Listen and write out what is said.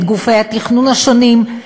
את גופי התכנון השונים,